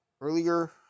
Earlier